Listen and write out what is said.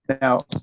Now